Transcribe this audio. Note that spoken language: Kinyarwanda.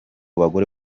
bagore